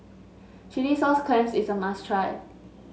Chilli Sauce Clams is a must try